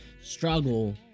struggle